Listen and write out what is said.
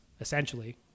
essentially